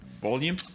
volume